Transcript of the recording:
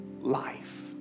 life